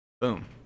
boom